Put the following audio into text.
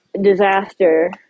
disaster